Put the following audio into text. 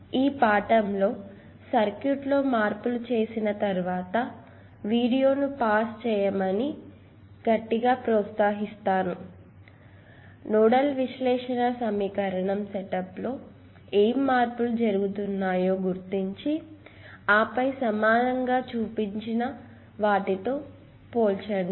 ఈ పాఠంలో సర్క్యూట్ లో మార్పులు చేసిన తర్వాత వీడియోను పాస్ చేయమని మిమ్మల్ని గట్టిగా ప్రోత్సహిస్తున్నాను నోడల్ విశ్లేషణ సమీకరనం సెటప్లో ఏమి మార్పులు జరుగుతున్నాయో గుర్తించి ఆపై సమాధానం గా చూపించిన వాటితో పోల్చండి